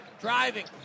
driving